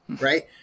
right